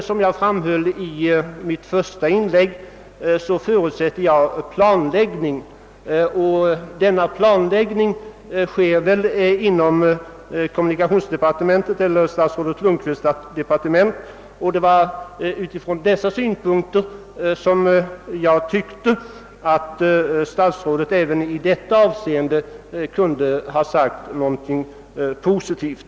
Som jag framhöll i mitt första inlägg förutsätter jag emellertid en planläggning, och denna planläggning görs väl inom ståtsrådet Lundkvists departement. Det. var från denna utgångspunkt jag ansåg att statsrådet även i detta avseende kunde ha sagt någonting positivt.